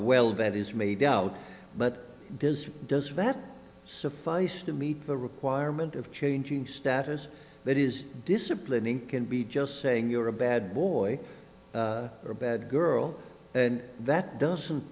well that is made out but does does that suffice to meet the requirement of changing status that is disciplining can be just saying you're a bad boy or bad girl that doesn't